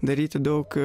daryti daug